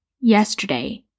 Yesterday